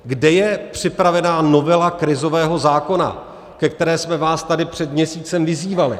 Kde je připravena novela krizového zákona, ke které jsme vás tady před měsícem vyzývali?